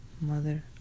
Mother